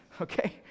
Okay